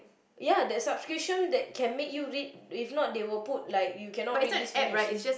ya the subscription that can make you read if not they would put like you cannot read this finish